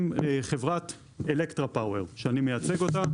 עם חברת "אלקטרה פאוור" שאני מייצג אותה,